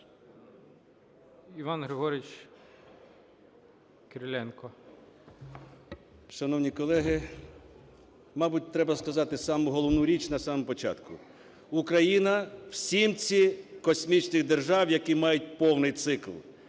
І.Г. Шановні колеги! Мабуть треба сказати саму головну річ на самому початку. Україна в сімці космічних держав, які мають повний цикл.